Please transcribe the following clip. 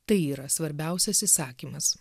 tai yra svarbiausias įsakymas